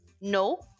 No